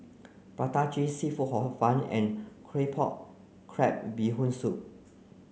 Prata cheese seafood Hor Fun and Claypot crab Bee Hoon soup